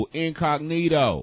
incognito